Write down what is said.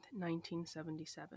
1977